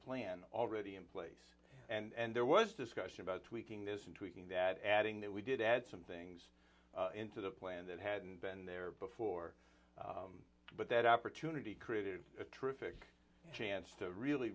plan already in place and there was discussion about tweaking this into eating that adding that we did add some things into the plan that hadn't been there before but that opportunity created a terrific chance to really